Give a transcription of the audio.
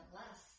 less